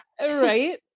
right